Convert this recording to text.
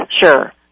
Sure